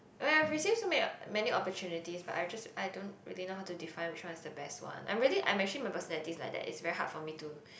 oh ya I've received so many many opportunities but I just I don't really know how to define which one is the best one I'm really I'm actually my personality is like that it's very hard for me to